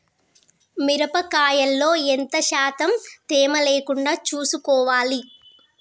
మిరప కాయల్లో ఎంత శాతం తేమ లేకుండా చూసుకోవాలి?